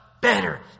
better